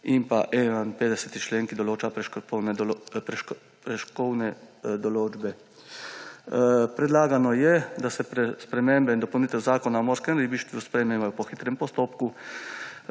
in pa 51. člen, ki določa prekrškovne določbe. Predlagano je, da se spremembe in dopolnitve Zakona o morskem ribištvu sprejmejo po hitrem postopku,